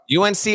UNC